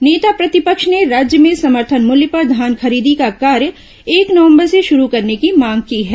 नेता प्रतिपक्ष ने राज्य में समर्थन मूल्य पर धान खरीदी का कार्य एक नवंबर से शुरू करने की मांग की है